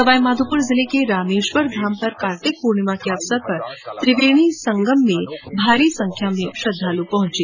सवाईमाधोपुर जिले के रामेश्वर धाम पर कार्तिक पूर्णिमा के अवसर पर त्रिवेणी संगम में भारी संख्या में लोगों ने स्नान किया